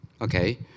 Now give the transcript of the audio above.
okay